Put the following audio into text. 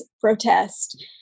protest